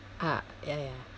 ah ya ya ya